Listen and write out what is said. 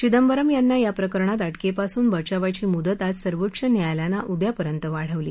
चिदंबरम यांना याप्रकरणात अटक्पिसून बचावाची मुदत आज सर्वोच्च न्यायालयानं उद्यापर्यंत वाढवली